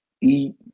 eat